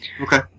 Okay